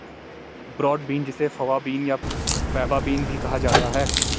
broad bean जिसे fava bean या faba bean भी कहा जाता है